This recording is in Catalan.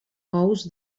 ous